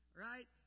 Right